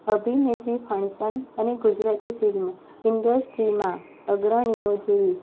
અભિનેત્રી ફણસન અને ગુજરાતી ફિલ્મ ઇન્ડસ્ટ્રીમાં અગ્રણીઓ જેવી